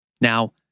Now